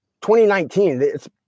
2019